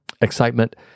excitement